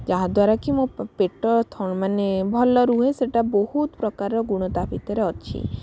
ଯାହାଦ୍ୱାରାକି ମୋ ପ ପେଟ ଥ ମାନେ ଭଲ ରୁହେ ସେଇଟା ବହୁତ ପ୍ରକାର ଗୁଣ ତା' ଭିତରେ ଅଛି